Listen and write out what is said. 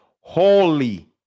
holy